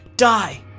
Die